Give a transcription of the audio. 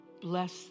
bless